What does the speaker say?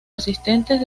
asistentes